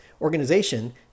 organization